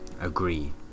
agree